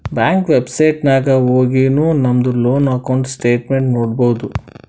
bank website ನಾಗ್ ಹೊಗಿನು ನಮ್ದು ಲೋನ್ ಅಕೌಂಟ್ ಸ್ಟೇಟ್ಮೆಂಟ್ ನೋಡ್ಬೋದು